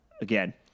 again